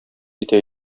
итә